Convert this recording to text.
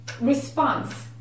response